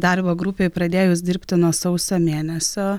darbo grupei pradėjus dirbti nuo sausio mėnesio